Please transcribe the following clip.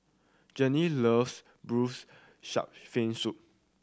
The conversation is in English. Journey loves Braised Shark Fin Soup